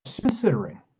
considering